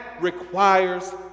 requires